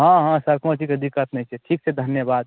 हँ हँ सर कोनो चीजके दिक्कत नहि छै ठीक छै धन्यवाद